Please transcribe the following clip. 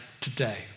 today